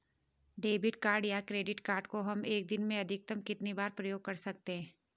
Debit या credit card को हम एक दिन में अधिकतम कितनी बार प्रयोग कर सकते हैं?